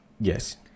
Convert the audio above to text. yes